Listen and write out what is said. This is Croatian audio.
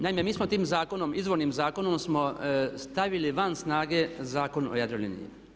Naime, mi smo tim zakonom, izvornim zakonom smo stavili van snage Zakon o Jadroliniji.